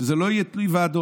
שזה לא יהיה תלוי ועדות,